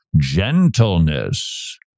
gentleness